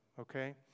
okay